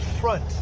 front